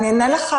אני אענה לך